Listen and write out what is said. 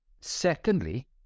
Secondly